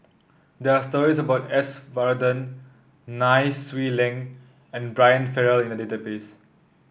there are stories about S Varathan Nai Swee Leng and Brian Farrell in the database